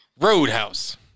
Roadhouse